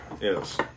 Yes